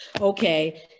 okay